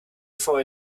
for